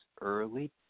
early